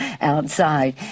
outside